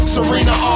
Serena